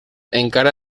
encara